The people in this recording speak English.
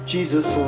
Jesus